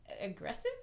aggressive